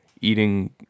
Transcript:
eating